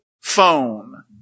phone